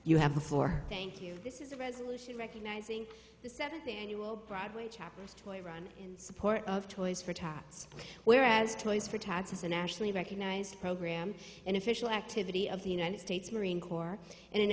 you have before thank you this is a resolution recognizing the broadway chappell's toy run in support of toys for tots whereas toys for tots is a nationally recognized program an official activity of the united states marine corps and an